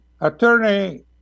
Attorney